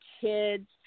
kids